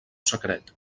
secret